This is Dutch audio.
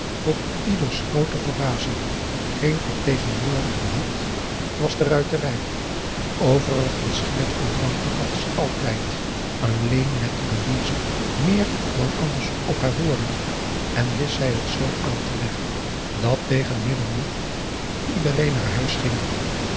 tot ieders groote verbazing geen vertegenwoordiger had was de ruiterij overigens ging het aanvankelijk als altijd alleen lette louise meer dan anders op haar woorden en wist zij het zoo aan te leggen dat tegen middernacht iedereen naar huis ging